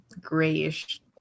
grayish